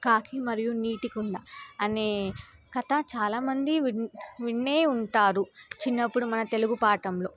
కాకిీ మరియు నీటి కుండ అనే కథ చాలామంది విన్ వినే ఉంటారు చిన్నప్పుడు మన తెలుగు పాఠంలో